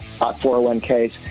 401ks